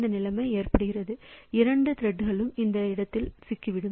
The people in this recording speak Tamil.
இந்த நிலைமை ஏற்படுகிறது இரண்டு திரெட்களும் இந்த கட்டத்தில் சிக்கிவிடும்